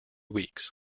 weeks